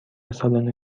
سالن